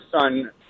son